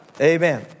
Amen